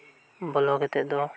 ᱵᱚᱞᱚ ᱠᱟᱛᱮᱫ ᱫᱚ